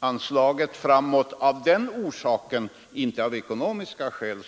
av enprocentsmålet av den orsaken och inte av ekonomiska skäl?